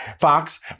Fox